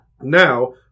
Now